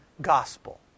gospel